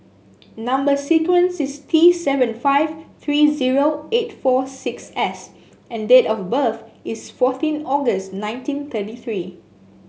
number sequence is T seven five three zero eight four six S and date of birth is fourteen August nineteen thirty three